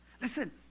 Listen